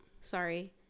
sorry